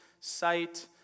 sight